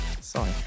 Sorry